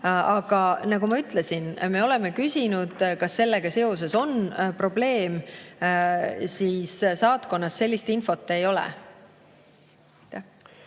Aga nagu ma ütlesin, me oleme küsinud, kas sellega seoses on probleem. Saatkonnas sellist infot ei ole.